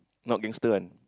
not gangster one